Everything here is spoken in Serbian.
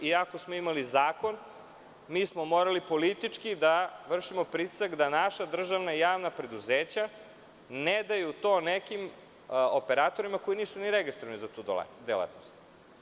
Iako smo imali zakon, mi smo morali politički da vršimo pritisak da naša državna i javna preduzeća ne daju to nekim operatorima koji nisu ni registrovanu za tu delatnost.